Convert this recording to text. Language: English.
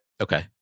Okay